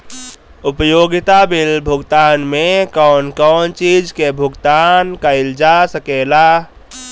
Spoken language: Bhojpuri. उपयोगिता बिल भुगतान में कौन कौन चीज के भुगतान कइल जा सके ला?